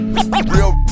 Real